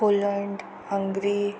Poland Hungary